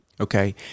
Okay